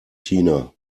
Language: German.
china